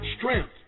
strength